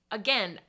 again